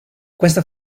questa